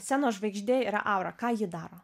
scenos žvaigždė yra aura ką ji daro